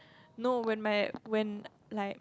no when my when like